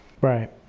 right